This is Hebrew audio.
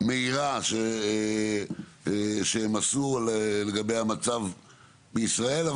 מהירה שהם עשו לגבי המצב בישראל,